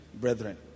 brethren